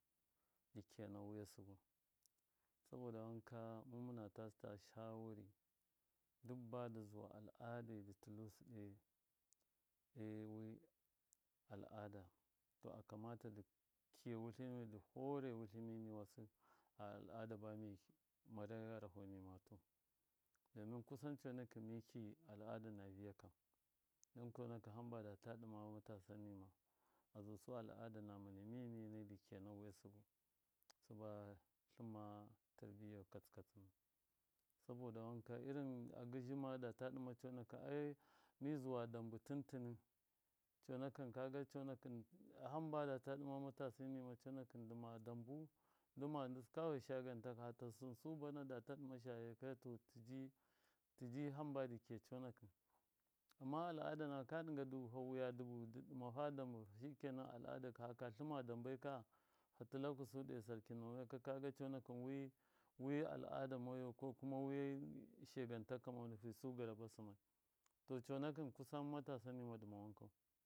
Dɨ kiya na wuya sɨbɨ saboda wanka mɨm mɨnata tsa shawarɨ du badɨ zuwa al. adai dɨ tɨlusɨ ɗe wi al. ada akamata dɨ wɨtlɨmi niwasɨ di hore wutlimi niwasɨ a al. ada ba miye mara gharaho nima tu domin kusan conakɨn mi ki al. ada na viyakam don conakɨn hamba data ɗɨma matasa nima a zusɨ al. ada nama miya dɨ kiya na wuya sɨbɨ tlinma tarbiya katsikatsinau saboda wanka irin agɨzhɨ madata ɗɨma conakɨn mɨzuwa dambɨ tuntini conakɨn kaga conakɨn hamba data ɗɨma matasa nima ɗɨma matasa nima conakɨn dɨm dambu ndima dikawai shiyantaka hata sɨnsu bana data shayi ka to tiji, tiji hamba ndukiya coonakɨ amma al. ada nama ka ɗiga du fa wuya dubu ndidmafa dabu shikenan fatlifasu do sarkin nomai kaga coonkɨ wɨ al. ada moyu kokume wishagon taka fisu gama sɨmai to coonakɨ kusa masa nima ndima wankwa.